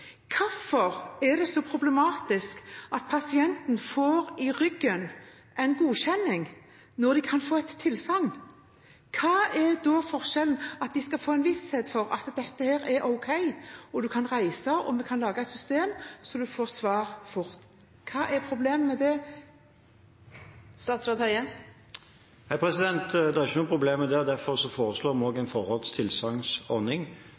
Hvorfor er det så problematisk at pasienten får den godkjenningen i ryggen, når de kan få et tilsagn? Hva er da forskjellen? At de skal få en visshet om at dette er ok, at de kan reise, og man kan lage et system så de får svar fort? Hva er problemet med det? Det er ikke noe problem med det. Derfor foreslår vi